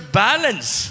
balance